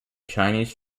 chinese